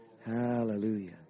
Hallelujah